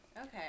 Okay